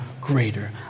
greater